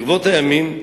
ברבות הימים,